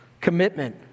Commitment